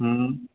हम्म